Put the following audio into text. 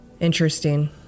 Interesting